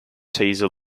teaser